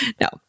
No